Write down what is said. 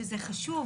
שזה חשוב,